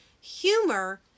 humor